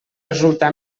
resultar